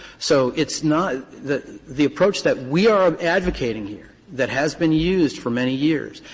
so it's not the the approach that we are advocating here, that has been used for many years,